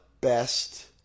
best